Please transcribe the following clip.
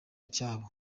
cyabo